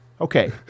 Okay